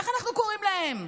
איך אנחנו קוראים להם?